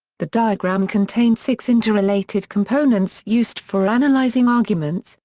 the diagram contained six interrelated components used for analyzing arguments,